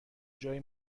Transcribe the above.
جایی